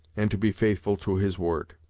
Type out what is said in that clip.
and to be faithful to his word.